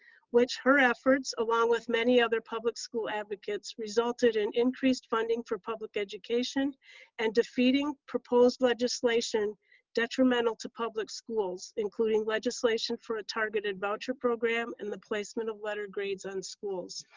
which her efforts, along with many other public-school advocates, resulted in increased funding for public education and defeating proposed legislation detrimental to public schools, including legislation for a targeted voucher program and the placement of letter grades on schools.